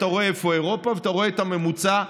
אתה רואה איפה אירופה ואתה רואה את הממוצע העולמי.